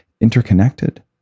interconnected